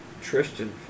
Tristan